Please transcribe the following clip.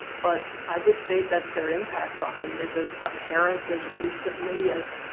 but i would say that their impact on him is as apparent as recently as.